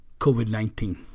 COVID-19